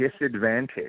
disadvantage